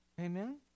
amen